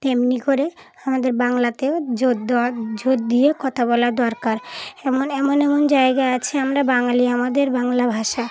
তেমনি করে আমাদের বাংলাতেও জোর দেওয়া জোর দিয়ে কথা বলা দরকার এমন এমন এমন জায়গা আছে আমরা বাঙালি আমাদের বাংলা ভাষা